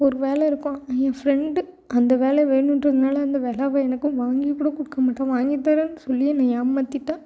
ஒரு வேலை இருக்கும் என் ஃப்ரெண்டு அந்த வேலை வேணும்ன்றதுனால அந்த வேலை அவள் எனக்கும் வாங்கிக் கூட கொடுக்க மாட்டாள் வாங்கித் தர்றேன்னு சொல்லி என்ன ஏமாத்திட்டாள்